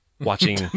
Watching